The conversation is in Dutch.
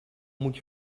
moet